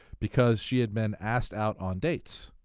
because she had been asked out on dates.